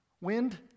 Wind